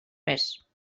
més